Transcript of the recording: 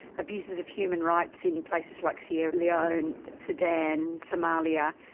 abuses of human rights in places like sierra leone, sudan, somalia,